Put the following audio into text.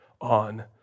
on